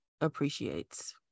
appreciates